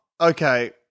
Okay